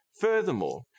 furthermore